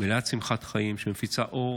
מלאת שמחת חיים, שמפיצה אור